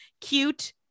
Cute